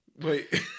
Wait